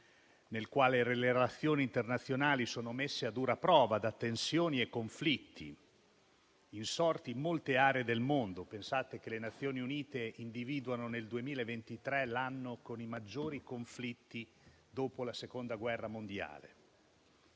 nel quale le relazioni internazionali sono messe a dura prova da tensioni e conflitti insorti in molte aree del mondo (pensate che le Nazioni Unite individuano nel 2023 l'anno con il maggior numero di conflitti dopo la Seconda guerra mondiale)